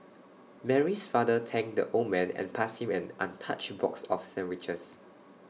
Mary's father thanked the old man and passed him and untouched box of sandwiches